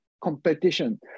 competition